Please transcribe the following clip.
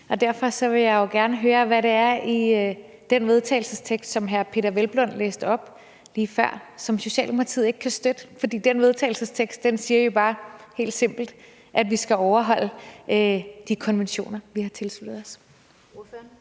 derfor vil jeg gerne høre, hvad det er i den vedtagelsestekst, som hr. Peder Hvelplund lige før læste op, og som Socialdemokratiet ikke kan støtte. For den vedtagelsestekst siger bare helt simpelt, at vi skal overholde de konventioner, vi har tilsluttet os.